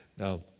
Now